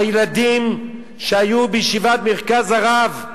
הילדים שהיו בישיבת "מרכז הרב",